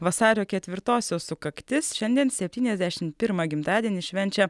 vasario ketvirtosios sukaktis šiandien septyniasdešimt pirmą gimtadienį švenčia